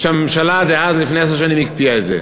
שהממשלה דאז, לפני עשר שנים, הקפיאה את זה.